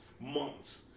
months